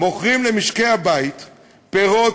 מוכרים למשקי-הבית פירות,